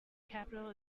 capital